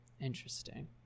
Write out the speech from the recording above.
Interesting